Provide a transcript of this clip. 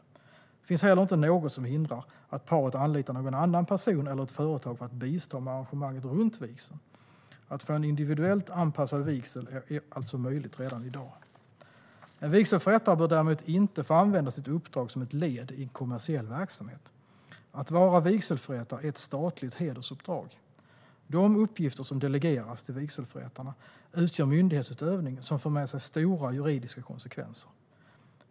Det finns heller inte något som hindrar att paret anlitar någon annan person eller ett företag för att bistå med arrangemanget runt vigseln. Att få en individuellt anpassad vigsel är alltså möjligt redan i dag. En vigselförrättare bör däremot inte få använda sitt uppdrag som ett led i kommersiell verksamhet. Att vara vigselförrättare är ett statligt hedersuppdrag. De uppgifter som delegeras till vigselförrättarna utgör myndighetsutövning som för med sig stora juridiska konsekvenser.